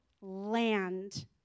Land